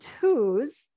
twos